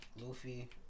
Luffy